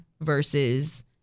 versus